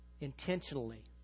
Intentionally